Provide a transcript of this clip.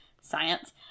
science